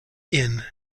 inn